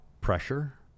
pressure